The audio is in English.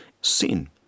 Sin